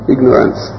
Ignorance